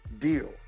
deal